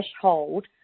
threshold